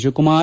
Shivakumar